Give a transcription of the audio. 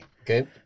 okay